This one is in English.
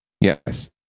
yes